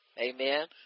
Amen